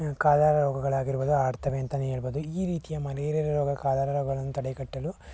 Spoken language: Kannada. ಕಾಲರ ರೋಗಗಳು ಆಗಿರ್ಬೋದು ಆಡ್ತವೆ ಅಂತಲೇ ಹೇಳ್ಬೋದು ಈ ರೀತಿಯ ಮಲೇರಿಯಾ ರೋಗ ಕಲಾರ ರೋಗಗಳನ್ನು ತಡೆಗಟ್ಟಲು